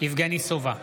יבגני סובה,